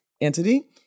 entity